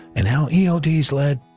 and how eld's led,